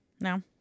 No